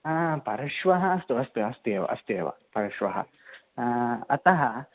हा परश्वः अस्तु अस्तु अस्तु एव अस्तु एव परश्वः अतः